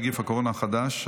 נגיף הקורונה החדש),